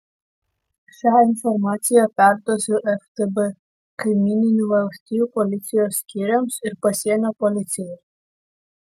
šią informaciją perduosiu ftb kaimyninių valstijų policijos skyriams ir pasienio policijai